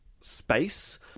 space